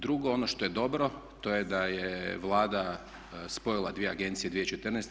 Drugo ono što je dobro to je da je Vlada spojila dvije agencije 2014.